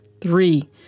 Three